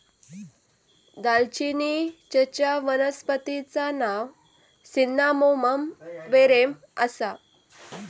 दालचिनीचच्या वनस्पतिचा नाव सिन्नामोमम वेरेम आसा